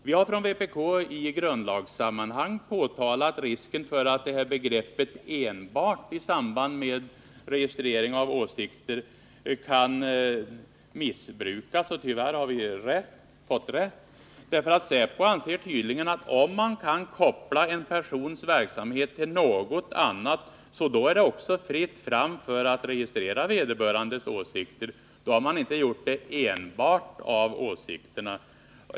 Vi har från vpk i grundlagssammanhang påtalat risken för att begreppet ”enbart” i samband med registrering av åsikter kan missbrukas, och tyvärr har vi fått rätt. Säpo anser tydligen att om man kan koppla en persons verksamhet till något annat är det också fritt fram för att registrera vederbörandes åsikter. Då har man inte gjort registreringen enbart på grund av åsikterna.